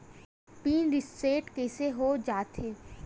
Pin reset कइसे हो जाथे?